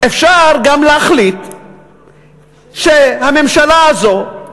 אפשר גם להחליט שהממשלה הזאת,